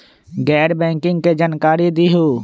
गैर बैंकिंग के जानकारी दिहूँ?